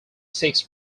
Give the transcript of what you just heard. six